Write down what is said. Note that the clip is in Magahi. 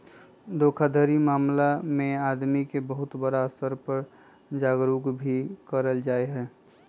धोखाधड़ी मामला में आदमी के बहुत बड़ा स्तर पर जागरूक भी कइल जाहई